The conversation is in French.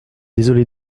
désolé